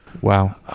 Wow